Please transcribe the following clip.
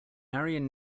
aryan